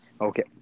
Okay